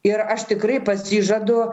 ir aš tikrai pasižadu